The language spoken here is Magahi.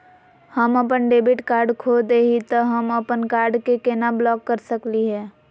हम अपन डेबिट कार्ड खो दे ही, त हम अप्पन कार्ड के केना ब्लॉक कर सकली हे?